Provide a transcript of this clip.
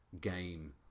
game